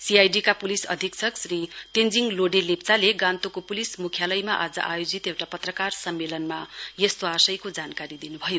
CID का police अधीक्षक श्री तेञ्जिङ लोडे लेप्चाले गान्तोकको पुलिस मुख्यालयमा आज आयोजित एउटा पत्रकार सम्मेलनमा यस्तो जानकारी दिनुभयो